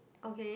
okay